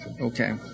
Okay